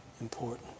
important